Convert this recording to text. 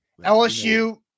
LSU